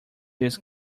this